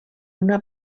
una